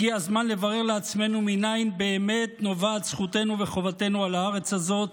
הגיע הזמן לברר לעצמנו מנין באמת נובעות זכותנו וחובתנו על הארץ הזאת.